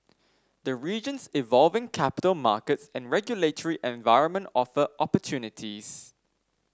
the region's evolving capital markets and regulatory environment offer opportunities